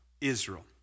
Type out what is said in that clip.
Israel